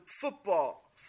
football